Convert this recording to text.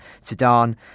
Sudan